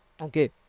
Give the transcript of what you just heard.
okay